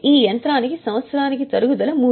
ఈ యంత్రానికి సంవత్సరానికి తరుగుదల రూ